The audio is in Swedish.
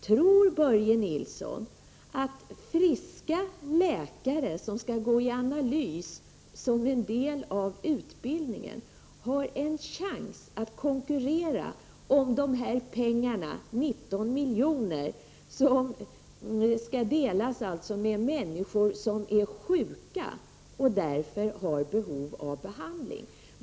Tror Börje Nilsson att friska läkare, som skall gå i analys som en del av sin utbildning, har en chans i konkurrensen om dessa 19 miljoner? Dessa pengar skall ju delas med människor som är sjuka och behöver behandling.